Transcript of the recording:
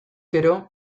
gero